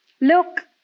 look